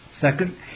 Second